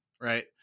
Right